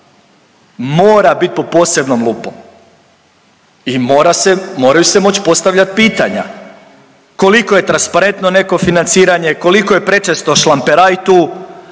mora bit pod posebnom lupom i mora se, moraju se moć postavljat pitanja. Koliko je transparentno neko financiranje, koliko je prečesto šlamperaj tu.